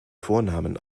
vornamen